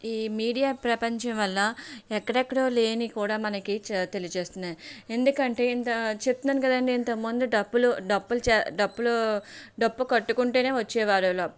ఈ మీడియా ప్రపంచం వల్ల ఎక్కడెక్కడో లేనివి కూడా మనకి తెలియజేస్తున్నాయి ఎందుకంటే ఇంత చెప్తున్నాను కదండీ ఇంతక ముందు డప్పులు డప్పులు చే డప్పులూ డప్పు కొట్టుకుంటూనే వచ్చేవారు